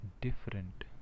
different